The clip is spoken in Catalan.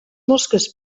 mosques